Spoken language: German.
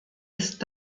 ist